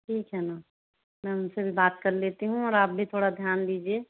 ठीक है मैम मैं उनसे भी बात कर लेती हूं और आप भी थोड़ा ध्यान दीजिए